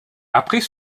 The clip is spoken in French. après